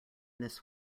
this